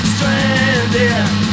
Stranded